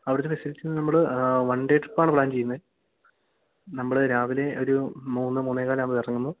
അവിടുത്തെ ഫെസിലിറ്റീസ്സ് നമ്മൾ one day ട്രിപ്പാണ് പ്ലാൻ ചെയ്യുന്നത് നമ്മൾ രാവിലെ ഒരു മൂന്ന് മൂന്നേ കാലാകുമ്പോൾ ഇറങ്ങുന്നു